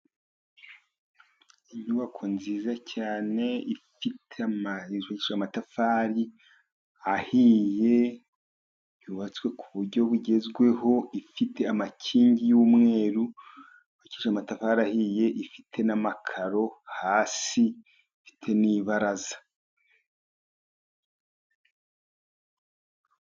Inyubako nziza cyane ifite ama, amatafari ahiye yubatswe ku buryo bugezweho, ifite amakingi y'umweru yubakishije amatafari ahiye, ifite n'amakaro hasi, ifite n'ibaraza.